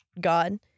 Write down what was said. God